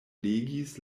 legis